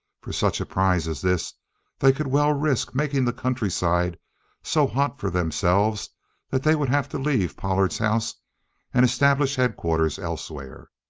for such a prize as this they could well risk making the countryside so hot for themselves that they would have to leave pollard's house and establish headquarters elsewhere.